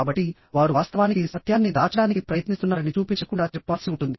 కాబట్టివారు వాస్తవానికి సత్యాన్ని దాచడానికి ప్రయత్నిస్తున్నారని చూపించకుండా చెప్పాల్సి ఉంటుంది